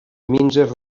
minses